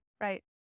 Right